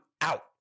out